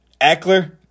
Eckler